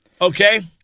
Okay